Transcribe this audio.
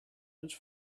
much